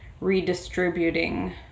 redistributing